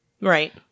right